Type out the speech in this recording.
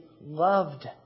loved